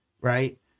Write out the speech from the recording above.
right